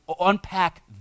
unpack